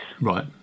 Right